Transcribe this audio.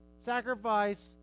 Sacrifice